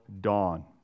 dawn